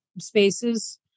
spaces